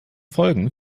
folgen